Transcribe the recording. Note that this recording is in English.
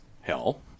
hell